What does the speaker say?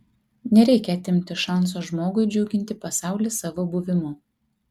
nereikia atimti šanso žmogui džiuginti pasaulį savo buvimu